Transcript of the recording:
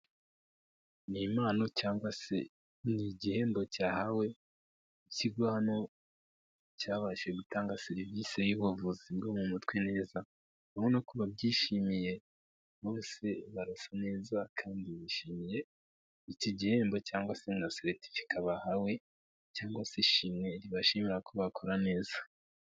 Ni impano cyangwa se ni igihembo cyahawe ikigo hano cyabashije gutanga serivise y'ubuvuzi bwo mu mutwe neza. Ubona ko babyishimiye bose barasa neza, kandi bishimiye iki gihembo cyangwa se na seretifika bahawe, cyangwa se ishimwe ribashimira ko bakora neza.